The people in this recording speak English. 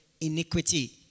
iniquity